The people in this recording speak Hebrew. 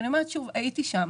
הייתי שם,